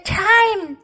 time